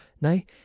nay